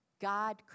God